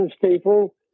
people